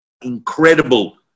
incredible